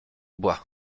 bois